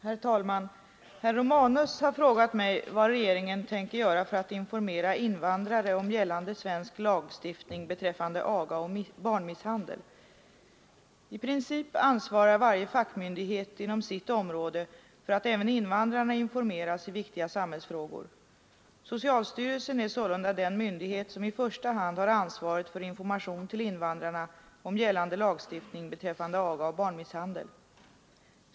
Herr talman! Herr Romanus har frågat mig vad regeringen tänker göra för att informera invandrare om gällande svensk lagstiftning beträffande aga och barnmisshandel. I princip ansvarar varje fackmyndighet inom sitt område för att även invandrarna informeras i viktiga samhällsfrågor. Socialstyrelsen är sålunda den myndighet som i första hand har ansvaret för information till invandrarna om gällande lagstiftning beträffande aga och barnmisshandel.